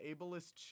ableist